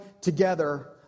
together